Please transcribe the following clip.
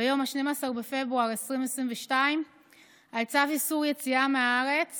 ביום 12 בפברואר 2022 על צו איסור יציאה מהארץ